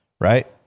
right